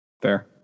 Fair